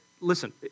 Listen